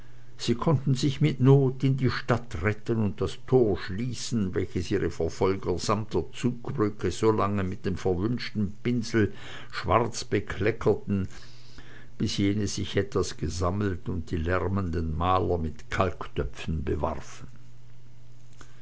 sie konnten sich mit not in die stadt retten und das tor schließen welches ihre verfolger samt der zugbrücke so lange mit dem verwünschten pinsel schwarz beklecksten bis jene sich etwas gesammelt und die lärmenden maler mit kalktöpfen bewarfen